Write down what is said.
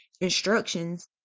instructions